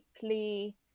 deeply